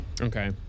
Okay